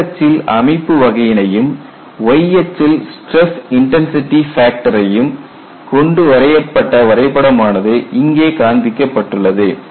X அச்சில் அமைப்பு வகையினையும் Y அச்சில் ஸ்டிரஸ் இன்டன்சிடி ஃபேக்டரையும் கொண்டு வரையப்பட்ட வரைபடம் ஆனது இங்கே காண்பிக்கப்பட்டுள்ளது